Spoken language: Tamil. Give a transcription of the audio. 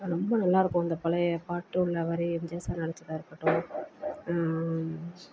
அது ரொம்ப நல்லாயிருக்கும் அந்த பழைய பாட்டு உள்ள வரி எம்ஜிஆர் சார் நடிச்சதா இருக்கட்டும்